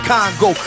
Congo